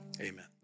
amen